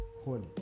Holy